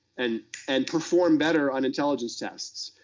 and and perform better on intelligence tests.